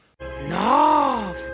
No